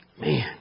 Man